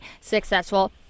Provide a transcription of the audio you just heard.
successful